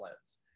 lens